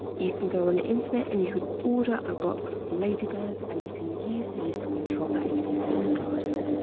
you can go on the internet and you can order a box of ladybirds, and you can use these to control the aphids in your garden.